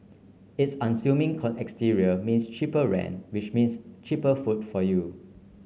its unassuming exterior means cheaper rent which means cheaper food for you